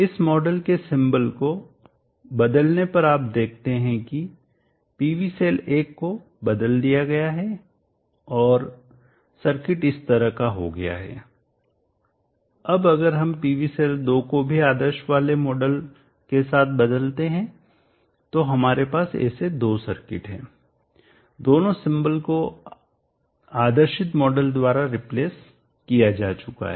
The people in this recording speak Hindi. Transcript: इस मॉडल के सिंबल प्रतीक को बदलने पर आप देखते हैं कि PV सेल 1 को बदल दिया गया है और सर्किट इस तरह का हो गया है अब अगर हम PV सेल 2 को भी आदर्श वाले मॉडल के साथ बदलते हैं तो हमारे पास ऐसे दो सर्किट है दोनों सिंबलप्रतीक को आदर्शित मॉडल द्वारा रिप्लेस प्रति स्थापित किया जा चुका है